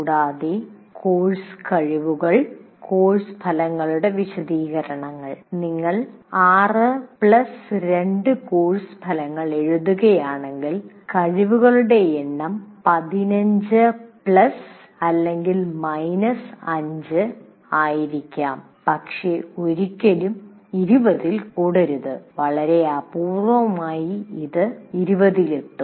കൂടാതെ കോഴ്സ് കഴിവുകൾ കോഴ്സ് ഫലങ്ങളുടെ വിശദീകരണങ്ങൾ നിങ്ങൾ 6 2 കോഴ്സ് ഫലങ്ങൾ എഴുതുകയാണെങ്കിൽ കഴിവുകളുടെ എണ്ണം 15 പ്ലസ് അല്ലെങ്കിൽ മൈനസ് 5 ആയിരിക്കാം പക്ഷേ ഒരിക്കലും 20 ൽ കൂടരുത് വളരെ അപൂർവമായി ഇത് 20 ൽ എത്തും